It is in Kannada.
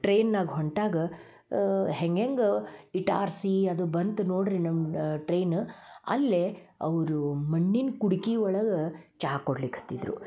ಟ್ರೈನ್ನಾಗ ಹೊಂಟಾಗ ಹೆಂಗೆಂಗೆ ಈ ಟಾರ್ಸೀ ಅದು ಬಂತು ನೋಡ್ರಿ ನಮ್ಮ ಟ್ರೈನ್ ಅಲ್ಲೇ ಅವರು ಮಣ್ಣಿನ ಕುಡ್ಕಿ ಒಳಗೆ ಚಾ ಕೊಡ್ಲಿಕ್ಕೆ ಹತ್ತಿದ್ದರು